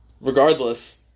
regardless